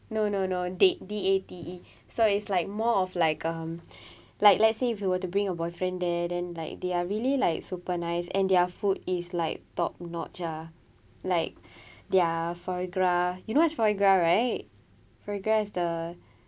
no no no date D A T E so it's like more of like um like let's say if you were to bring a boyfriend there then like they are really like super nice and their food is like top notch ah like their foie gras you know what's foie gras right foie gras is the